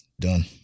Done